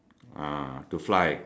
ah to fly